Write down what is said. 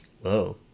whoa